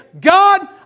God